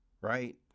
right